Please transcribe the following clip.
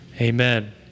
Amen